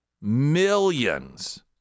millions